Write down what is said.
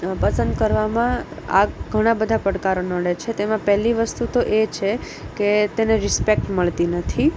પસંદ કરવામાં આ ઘણા બધા પડકારો નડે છે તેમાં પહેલી વસ્તુતો એ છે કે તેને રિસ્પેક્ટ મળતી નથી